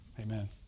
Amen